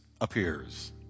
appears